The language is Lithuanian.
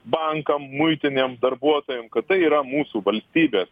bankam muitinėm darbuotojam kad tai yra mūsų valstybės